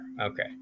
okay